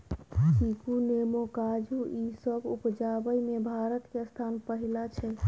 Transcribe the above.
चीकू, नेमो, काजू ई सब उपजाबइ में भारत के स्थान पहिला छइ